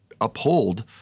uphold